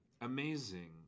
amazing